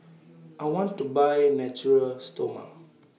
I want to Buy Natura Stoma